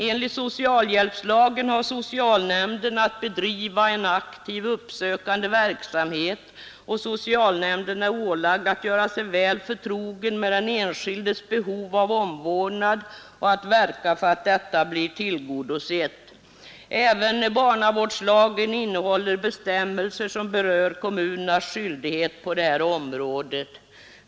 Enligt socialhjälpslagen har socialnämnden att bedriva en aktiv uppsökande verksamhet, och socialnämnden är ålagd att göra sig väl förtrogen med den enskildes behov av omvårdnad och att verka för att detta blir tillgodosett. Även barnavårdslagen innehåller bestämmelser som berör kommunernas skyldighet på det här området.